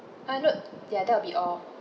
uh nope ya that will be all